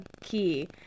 key